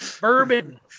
Bourbon